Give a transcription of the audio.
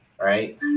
right